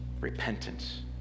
repentance